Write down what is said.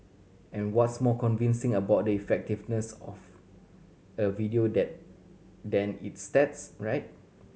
and what's more convincing about the effectiveness of a video than than its stats right